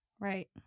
right